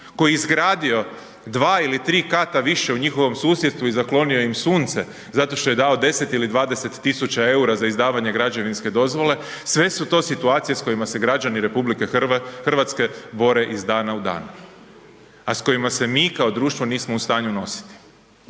koji je izgradio 2 ili 3 kata više u njihovom susjedstvu i zaklonio im sunce zato što je dao 10 ili 20.000,00 EUR-a za izdavanje građevinske dozvole, sve su to situacije s kojima se građani RH bore iz dana u dan, a s kojima se mi kao društvo nismo u stanju nositi.